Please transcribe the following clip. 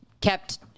kept